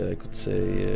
ah could say,